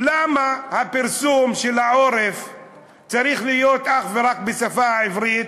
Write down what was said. למה הפרסום של פיקוד העורף צריך להיות אך ורק בשפה העברית?